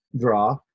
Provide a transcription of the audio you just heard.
draw